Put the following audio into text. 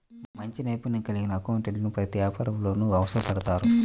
మంచి నైపుణ్యం కలిగిన అకౌంటెంట్లు ప్రతి వ్యాపారంలోనూ అవసరపడతారు